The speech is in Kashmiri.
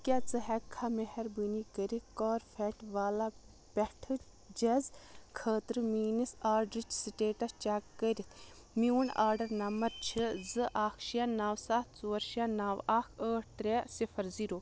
کیٛاہ ژٕ ہیٚکہِ کھا مہربٲنی کٔرتھ کارفیٚٹ والا پٮ۪ٹھ جیٚز خٲطرٕ میٛٲنِس آرڈرٕچ سٕٹیٹس چیٚک کٔرتھ میٛون آرڈر نمبر چھُ زٕ اکھ شےٚ نَو سَتھ ژور شےٚ نَو اکھ ٲٹھ ترٛےٚ صِفر زیٖرو